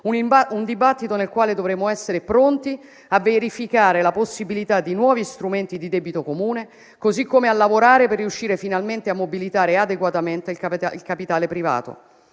un dibattito nel quale dovremo essere pronti a verificare la possibilità di nuovi strumenti di debito comune, così come a lavorare per riuscire finalmente a mobilitare adeguatamente il capitale privato.